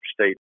state